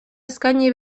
eskaini